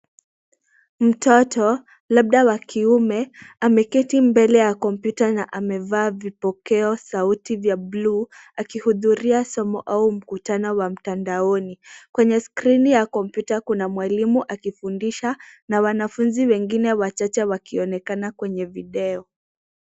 Mtoto, labda wa kiume, ameketi mbele ya kompyuta na amevaa vipokeo sauti vya blue akihudhuria somo au mkutano wa mtandaoni. Kwenye skrini ya kompyuta kuna mwalimu akifundisha na wanafunzi wengine wachache wakionekana kwenye video.